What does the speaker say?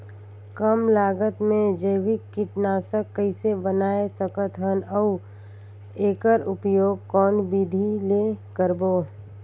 कम लागत मे जैविक कीटनाशक कइसे बनाय सकत हन अउ एकर उपयोग कौन विधि ले करबो?